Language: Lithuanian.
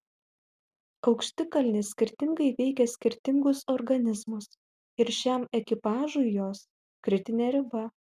aukštikalnės skirtingai veikia skirtingus organizmus ir šiam ekipažui jos kritinė riba